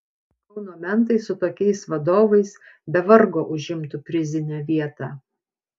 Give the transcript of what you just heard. kauno mentai su tokiais vadovais be vargo užimtų prizinę vietą